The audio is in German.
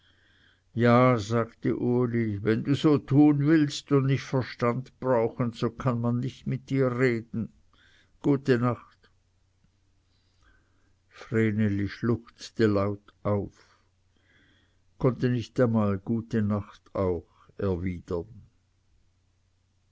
ja sagte uli wenn du so tun willst und nicht verstand brauchen so kann man nicht mit dir reden gut nacht vreneli schluchzte laut auf konnte nicht einmal gute nacht auch erwidern